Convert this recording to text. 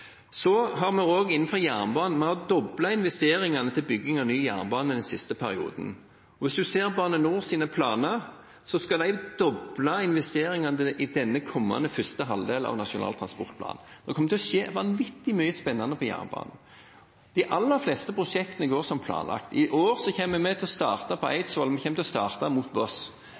jernbanen, har vi også doblet investeringene til bygging av ny jernbane i den siste perioden. Hvis en ser på Bane NORs planer, skal de doble investeringene i den kommende første halvdelen av Nasjonal transportplan. Det kommer til å skje vanvittig mye spennende på jernbanen. De aller fleste prosjektene går som planlagt. I år kommer vi til å starte på Eidsvoll, vi kommer til å starte mot